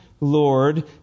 Lord